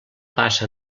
passa